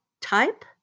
type